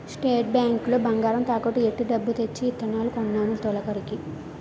state bank లో బంగారం తాకట్టు ఎట్టి డబ్బు తెచ్చి ఇత్తనాలు కొన్నాను తొలకరికి